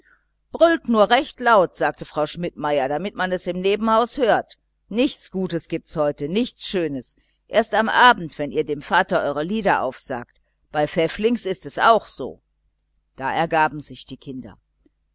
brüllt nur recht laut sagte die schmidtmeierin damit man es im nebenhaus hört nichts gutes gibt's heute nichts schönes erst am abend wenn ihr dem vater eure lieder aufsagt bei pfäfflings ist's auch so da ergaben sich die kinder